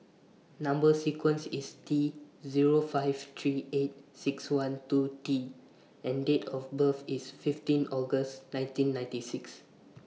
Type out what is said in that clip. Number sequence IS T Zero five three eight six one two T and Date of birth IS fifteen August nineteen ninety six